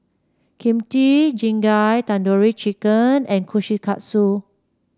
Kimchi Jjigae Tandoori Chicken and Kushikatsu